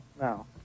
no